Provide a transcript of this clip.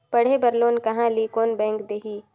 पढ़े बर लोन कहा ली? कोन बैंक देही?